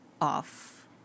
off